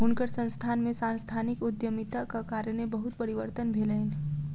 हुनकर संस्थान में सांस्थानिक उद्यमिताक कारणेँ बहुत परिवर्तन भेलैन